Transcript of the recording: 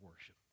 worship